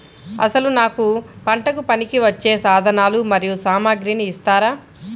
అసలు నాకు పంటకు పనికివచ్చే సాధనాలు మరియు సామగ్రిని ఇస్తారా?